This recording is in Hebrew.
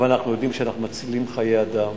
אבל אנחנו יודעים שאנחנו מצילים חיי אדם